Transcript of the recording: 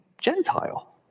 Gentile